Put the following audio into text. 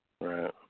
Right